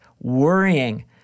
worrying